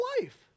life